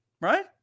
right